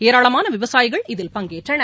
ஏராளமான விவசாயிகள் இதில் பங்கேற்றனர்